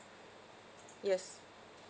yes